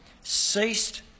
ceased